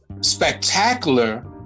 spectacular